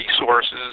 resources